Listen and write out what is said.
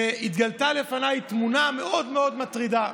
והתגלתה לפניי תמונה מאוד מאוד מטרידה: